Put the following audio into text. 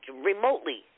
remotely